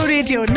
Radio